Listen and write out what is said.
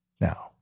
Now